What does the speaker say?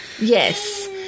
Yes